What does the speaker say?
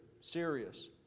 serious